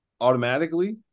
automatically